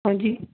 ਹਾਂਜੀ